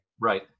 Right